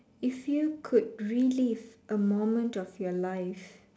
if you could relive a moment of your life